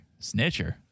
Snitcher